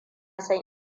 san